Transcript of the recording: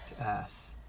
ass